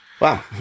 Wow